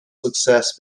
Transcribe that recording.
success